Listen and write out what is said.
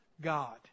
God